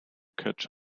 catch